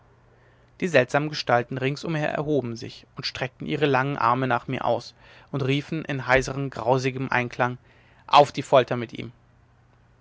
die seltsamen gestalten rings umher erhoben sich und streckten ihre langen arme nach mir aus und riefen in heiseren grausigem einklang auf die folter mit ihm